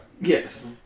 Yes